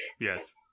Yes